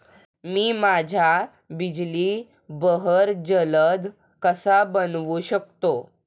मी माझ्या बिजली बहर जलद कसा बनवू शकतो?